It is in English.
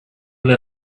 were